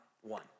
one